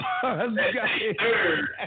Third